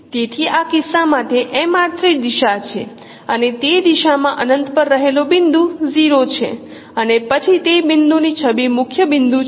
તેથી આ કિસ્સામાં તે દિશા છે અને તે દિશા માં અનંત પર રહેલો બિંદુ 0 છે અને પછી તે બિંદુ ની છબી મુખ્ય બિંદુ છે